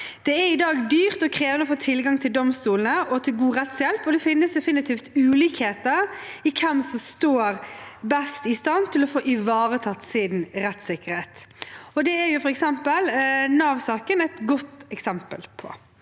Det er i dag dyrt og krevende å få tilgang til domstolene og til god rettshjelp, og det finnes definitivt ulikheter i hvem som er best i stand til å få ivaretatt sin rettssikkerhet. Det er f.eks. Nav-saken et godt eksempel på.